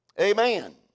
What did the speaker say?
Amen